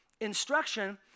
instruction